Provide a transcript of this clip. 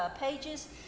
pages